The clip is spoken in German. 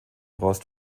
rost